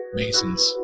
masons